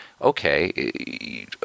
okay